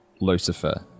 Lucifer